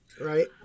Right